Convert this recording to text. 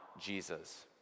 Jesus